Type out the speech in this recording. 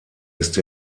ist